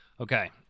okay